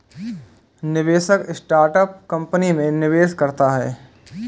निवेशक startup company में निवेश करता है